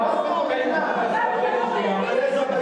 לא ייתכן.